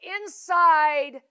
inside